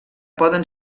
poden